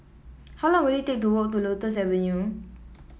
how long will it take to walk to Lotus Avenue